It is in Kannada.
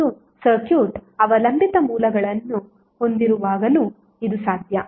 ಮತ್ತು ಸರ್ಕ್ಯೂಟ್ ಅವಲಂಬಿತ ಮೂಲಗಳನ್ನು ಹೊಂದಿರುವಾಗಲೂ ಇದು ಸಾಧ್ಯ